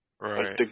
Right